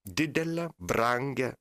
didelę brangią